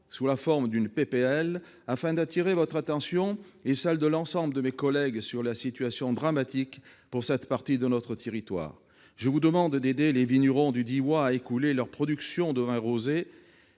sous la forme d'une proposition de loi afin d'attirer votre attention et celle de l'ensemble de mes collègues sur la situation dramatique pour cette partie de notre territoire. Je vous demande d'aider les vignerons du Diois à écouler leur production de vins rosés